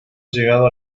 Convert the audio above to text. llegado